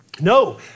No